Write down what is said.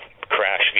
crash